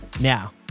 Now